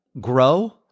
grow